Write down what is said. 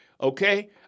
Okay